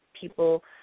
people